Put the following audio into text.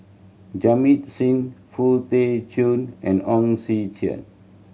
Jamit Singh Foo Tee Jun and Hong Sek Chern